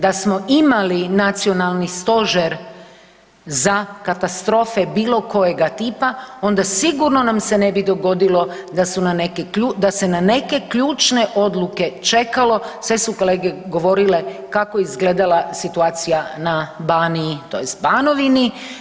Da smo imali nacionalni stožer za katastrofe bilo kojega tipa onda sigurno nam se ne bi dogodilo da se na neke ključne odluke čekalo, sve su kolege govorile kako je izgledala situacija na Baniji tj. Banovini.